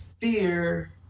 Fear